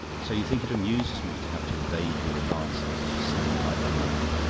so you think it amuses me to have to evade your advances! so like a man!